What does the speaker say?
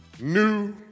New